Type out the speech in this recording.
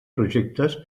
projectes